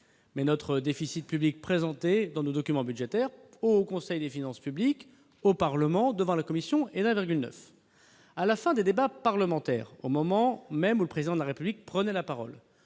Mais le déficit public présenté dans nos documents budgétaires au Haut Conseil des finances publiques, au Parlement et à la Commission est de 1,9 %. À la fin des débats parlementaires, au moment même où le Président de la République prenait la parole,